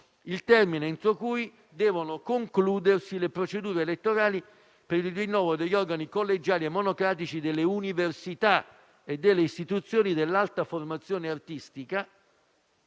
il termine entro cui devono concludersi le procedure elettorali per il rinnovo degli organi collegiali e monocratici delle università e delle istituzioni dell'alta formazione artistica,